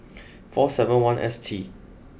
four seven one S T